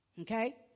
Okay